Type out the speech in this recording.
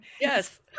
Yes